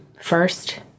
first